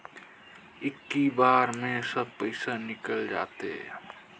इक्की बार मे सब पइसा निकल जाते?